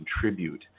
contribute